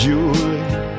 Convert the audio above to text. Julie